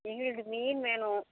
எங்களுக்கு மீன் வேணும்